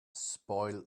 spoil